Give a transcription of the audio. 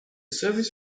service